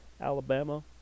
Alabama